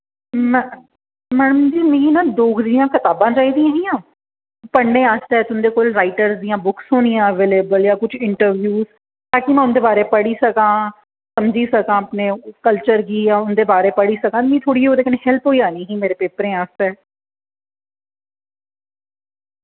में मैडम जी मिगी ना डोगरी दी कताबां चाहिदियां हियां पढ़ने आस्तै तुंदे कोल राइटर दि'यां बुक्स होनियां अवेलेबल यां कुछ इंटरव्यू ताकि में उंदे बारे पढ़ी सकां समझी सकां अपने कल्चर गी यां उंदे बारे पढ़ी सकां मि थोह्ड़ी उंदे कन्नै हैल्प होई जानी ही मेरे पेपरें आस्तै